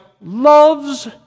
loves